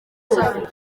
zabyo